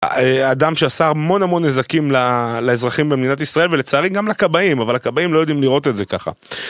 אה.. אדם שעשה המון המון נזקים ל.. לאזרחים במדינת ישראל ולצערי גם לכבאים אבל הכבאים לא יודעים לראות את זה ככה